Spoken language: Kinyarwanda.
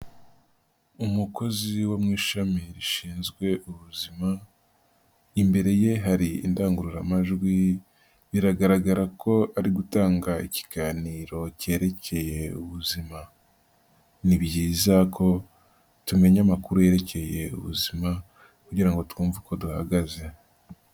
Umukozi wo mu ishami rishinzwe ubuzima, imbere ye hari indangururamajwi biragaragara ko ari gutanga ikiganiro kerekeye ubuzima. Ni byiza ko tumenya amakuru yerekeye ubuzima, kugira ngo twumve uko duhagaze.